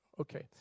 Okay